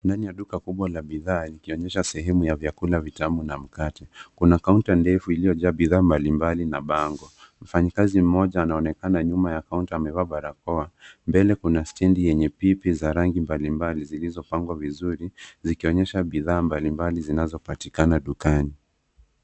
Ndani ya duka kubwa la bidhaa, kuna sehemu inayoonyesha vyakula vitamu na mikate. Kuna kaunta ya wahasibu (accountant) iliyojaa bidhaa mbalimbali na bango kubwa. Mfanyakazi mmoja anaonekana nyuma ya kaunta akiwa amevaa barakoa. Mbele, kuna stendi yenye pipi za rangi tofauti zilizopangwa kwa mpangilio mzuri, zikionyesha baadhi ya bidhaa zinazopatikana dukani.